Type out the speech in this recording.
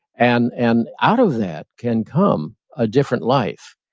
and and out of that can come a different life.